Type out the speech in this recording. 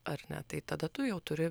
ar ne tai tada tu jau turi